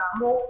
כאמור,